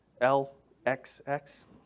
L-X-X